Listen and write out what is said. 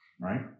Right